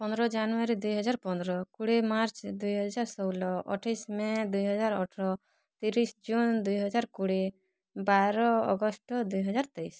ପନ୍ଦର ଜାନୁୟାରୀ ଦୁଇ ହଜାର ପନ୍ଦର କୋଡ଼ିଏ ମାର୍ଚ୍ଚ ଦୁଇ ହଜାର ଷୋହଲ ଅଠେଇଶି ମେ ଦୁଇ ହଜାର ଅଠର ତିରିଶି ଜୁନ୍ ଦୁଇ ହଜାର କୋଡ଼ିଏ ବାର ଅଗଷ୍ଟ ଦୁଇ ହଜାର ତେଇଶି